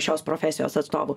šios profesijos atstovų